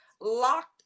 locked